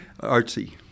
Artsy